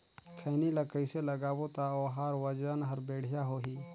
खैनी ला कइसे लगाबो ता ओहार वजन हर बेडिया होही?